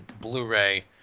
Blu-ray